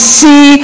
see